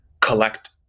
collect